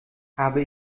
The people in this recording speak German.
habe